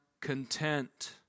content